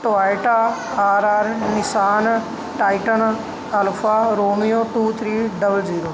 Toyota R R Nissan Titan Alfa Romeo two three double zero